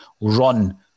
run